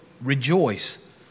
rejoice